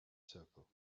circle